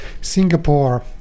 Singapore